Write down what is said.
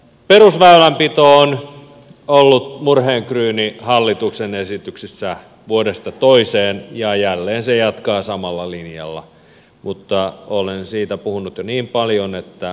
perusväylänpito on ollut murheenkryyni hallituksen esityksissä vuodesta toiseen ja jälleen se jatkaa samalla linjalla mutta olen siitä puhunut jo niin paljon että ohitetaan se